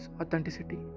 authenticity